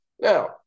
Now